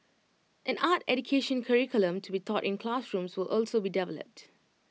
an art education curriculum to be taught in classrooms will also be developed